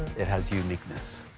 it has uniqueness!